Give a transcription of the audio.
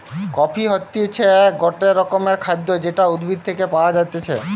coffee হতিছে গটে রকমের খাদ্য যেটা উদ্ভিদ থেকে পায়া যাইতেছে